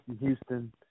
Houston